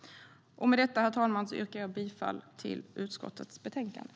Med detta, herr talman, yrkar jag bifall till utskottets förslag i betänkandet.